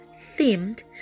themed